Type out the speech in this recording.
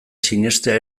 sinestea